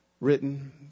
written